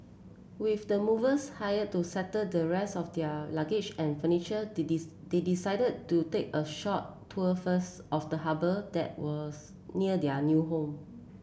with the movers hired to settle the rest of their luggage and furniture they they decided to take a short tour first of the harbour that was near their new home